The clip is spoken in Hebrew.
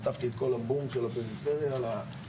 חטפתי את כל הבום של הפריפריה לפנים.